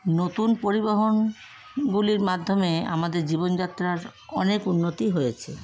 নতুন পরিবহনগুলির মাধ্যমে আমাদের জীবনযাত্রার অনেক উন্নতি হয়েছে